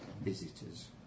visitors